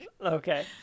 Okay